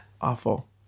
Awful